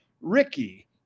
Ricky